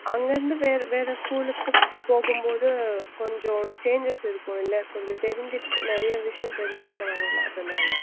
அங்கேருந்து வேறு வேறு ஸ்கூலுக்குப் போகும்போது கொஞ்சம் சேன்ஜஸ் இருக்கும்ல கொஞ்சம் தெரிஞ்க் நிறைய விஷயம் தெரிஞ்சுக்க வரும்ல அதனால்